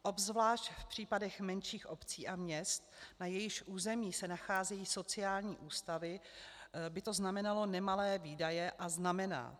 Obzvlášť v případech menších obcí a měst, na jejichž území se nacházejí sociální ústavy, by to znamenalo nemalé výdaje, a znamená.